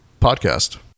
podcast